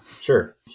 sure